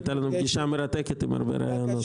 היתה לנו פגישה מרתקת עם הרבה רעיונות.